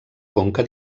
conca